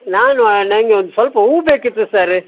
ನಾನು ನನಗೆ ಒಂದು ಸ್ವಲ್ಪ ಹೂ ಬೇಕಿತ್ತು ಸರ್